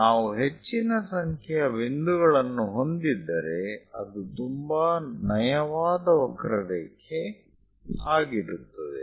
ನಾವು ಹೆಚ್ಚಿನ ಸಂಖ್ಯೆಯ ಬಿಂದುಗಳನ್ನು ಹೊಂದಿದ್ದರೆ ಅದು ತುಂಬಾ ನಯವಾದ ವಕ್ರರೇಖೆ ಆಗಿರುತ್ತದೆ